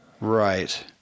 Right